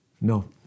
No